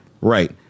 right